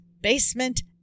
basement